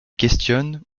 questionne